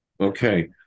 okay